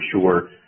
sure